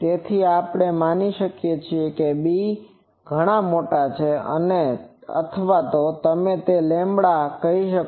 તેથી આપણે માની શકીએ કે b ઘણા મોટા છે અથવા તમે લેમ્બડા λ કહી શકો